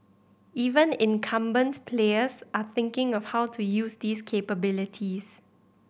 even incumbent players are thinking of how to use these capabilities